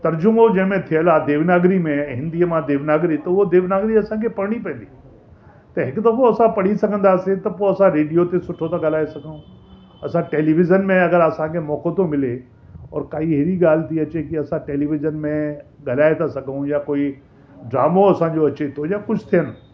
तर्जुमो जंहिंमें थियल आहे देवनागरी में हिन्दीअ मां देवनागरी त उहा देवनागरी असांखे पढ़णी पवंदी त हिकु दफ़ो असां पढ़ी सघंदासीं त पोइ असां रेडियो ते असां सुठो था ॻाल्हाए सघूं असां टेलीविज़न में असांजे मौक़ो थो मिले ऐं काई अहिड़ी ॻाल्हि थी अचे जेकी असां टेलीविज़न में ॻाल्हाए था सघूं या कोई ड्रामो असांजो अचे थो या कुझु थियन